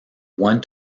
one